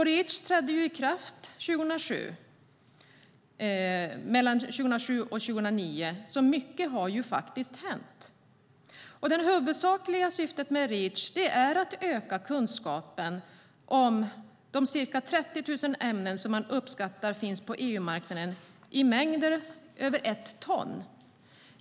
Reach trädde i kraft successivt mellan 2007 och 2009. Mycket har alltså hänt. Det huvudsakliga syftet med Reach är att öka kunskapen om de ca 30 000 ämnen som man uppskattar finns på EU-marknaden i mängder över ett ton.